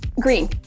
Green